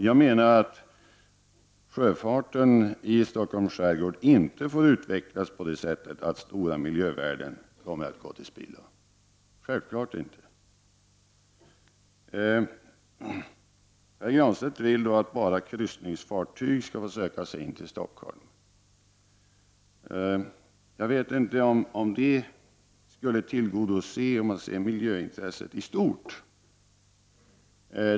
Sjöfarten i Stockholms skärgård får inte utvecklas på så sätt att stora miljövärden kommer att gå till spillo. Pär Granstedt vill att endast kryssningsfartyg skall få söka sig in till Stockholm. Jag vet inte om det skulle tillgodose de högsta kraven om man ser miljöintresset i stort.